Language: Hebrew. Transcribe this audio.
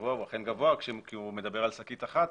גבוה הוא אכן גבוה כי הוא מדבר על שקית אחת,